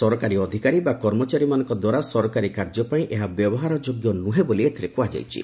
ସରକାରୀ ଅଧିକାରୀ ବା କର୍ମଚାରୀମାନଙ୍କ ଦ୍ୱାରା ସରକାରୀ କାର୍ଯ୍ୟ ପାଇଁ ଏହା ବ୍ୟବହାରଯୋଗ୍ୟ ନୁହେଁ ବୋଲି ଏଥିରେ କୁହାଯାଇଛି